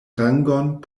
rangon